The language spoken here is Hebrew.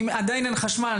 אם עדיין אין חשמל,